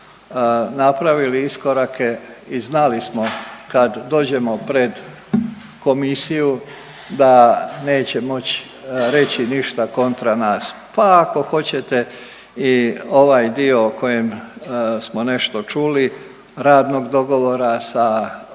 napravili iskorake i znali smo kad dođemo pred komisiju da neće moć reći ništa kontra nas, pa ako hoćete i ovaj dio o kojem smo nešto čuli, radnog dogovora sa